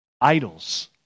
Idols